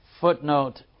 Footnote